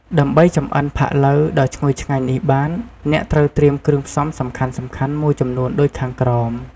ដើម្បីចម្អិនផាក់ឡូវដ៏ឈ្ងុយឆ្ងាញ់នេះបាន អ្នកត្រូវត្រៀមគ្រឿងផ្សំសំខាន់ៗមួយចំនួនដូចខាងក្រោម។